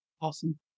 Awesome